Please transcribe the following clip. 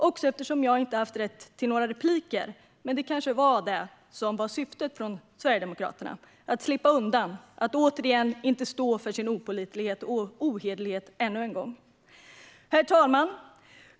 Jag har heller inte haft rätt till några repliker, men det kanske var detta som var syftet från Sverigedemokraterna: att slippa undan och att återigen undvika att stå för sin opålitlighet och ohederlighet. Herr talman!